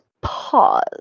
pause